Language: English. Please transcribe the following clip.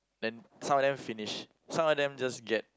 then some of them finish some of them just get